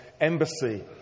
Embassy